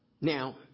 Now